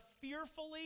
fearfully